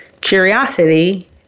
Curiosity